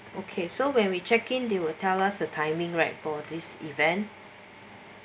okay so when we check in they will tell us the timing right for this event